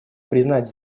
признать